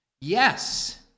Yes